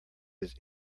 his